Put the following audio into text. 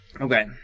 Okay